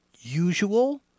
usual